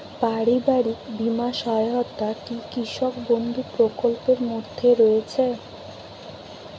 পারিবারিক বীমা সহায়তা কি কৃষক বন্ধু প্রকল্পের মধ্যে রয়েছে?